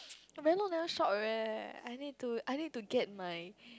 I very long never shop eh I need to I need to get my